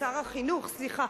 שר החינוך, סליחה.